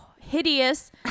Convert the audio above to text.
hideous